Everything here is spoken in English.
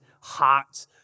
hot